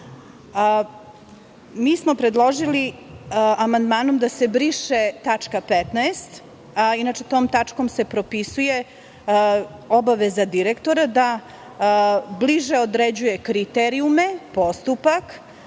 smo predložili amandmanom da se briše tačka 15. Inače, tom tačkom se propisuje obaveza direktora da bliže određuje kriterijume, postupak,